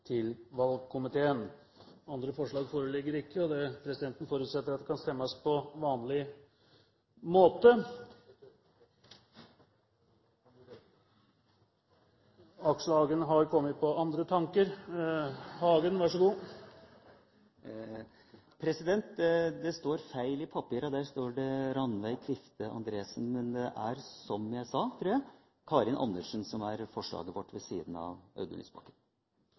til valgkomiteen. – Andre forslag foreligger ikke, og presidenten forutsetter at det kan stemmes på vanlig måte. Aksel Hagen ber om ordet. Han har kommet på andre tanker. Det står feil i papirene – der står det Rannveig Kvifte Andresen. Men det er – som jeg sa, tror jeg – Karin Andersen som er forslaget vårt, ved siden av Audun Lysbakken.